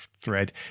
thread